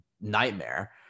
nightmare